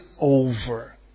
over